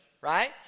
right